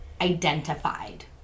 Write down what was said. identified